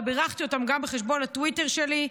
ובירכתי אותם גם בחשבון הטוויטר שלי,